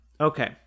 Okay